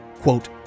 quote